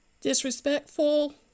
disrespectful